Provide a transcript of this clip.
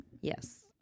Yes